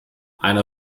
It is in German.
einer